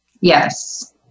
Yes